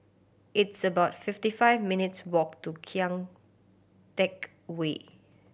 it's about fifty five minutes' walk to Kian Teck Way